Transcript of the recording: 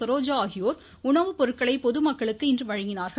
சரோஜா ஆகியோர் உணவுப் பொருட்களை பொதுமக்களுக்கு இன்று வழங்கினார்கள்